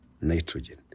nitrogen